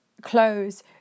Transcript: clothes